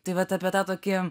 tai vat apie tą tokį